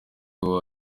wowe